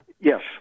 Yes